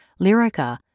Lyrica